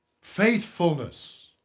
faithfulness